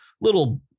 little